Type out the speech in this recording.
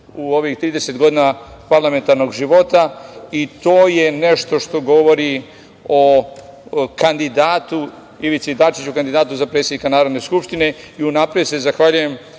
u ovih 30 godina parlamentarnog života, i to je nešto što govori o kandidatu Ivici Dačiću, kandidatu za predsednika Narodne skupštine. Zahvaljujem